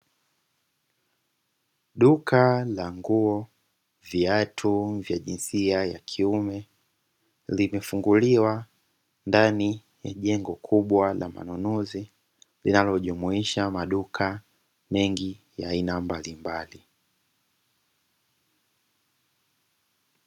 Duka la nguo, viatu vya jinsia ya kiume; limefunguliwa ndani ya jengo kubwa la manunuzi linalojumuisha maduka mengi ya aina mbalimbali.